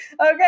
okay